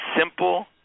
simple